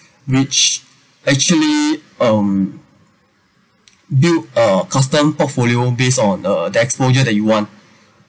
which actually um build a custom portfolio based on uh the exposure that you want